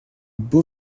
beaux